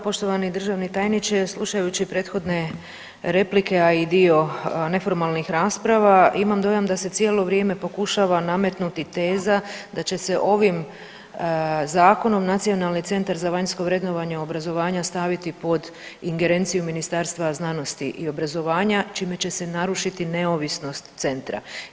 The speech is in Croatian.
Poštovani državni tajniče, slušajući prethodne replike, a i dio neformalnih rasprava imam dojam da se cijelo vrijeme pokušava nametnuti teza da će se ovim zakonom Nacionalni centar za vanjsko vrednovanje obrazovanja staviti pod ingerenciju Ministarstva znanosti i obrazovanja čime će se narušiti neovisnost centra.